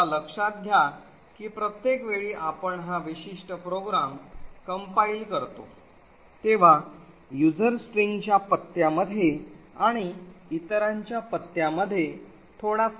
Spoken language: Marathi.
आता लक्षात घ्या की प्रत्येक वेळी आपण हा विशिष्ट प्रोग्राम कंपाईल करतो तेव्हा user string च्या पत्त्यामध्ये आणि इतरांच्या पत्त्यामध्ये थोडा फरक असू शकतो